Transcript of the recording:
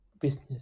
business